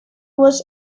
was